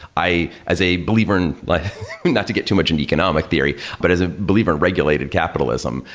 i, as a believer in like not to get too much in economic theory, but as a believer in regulated capitalism,